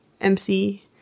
MC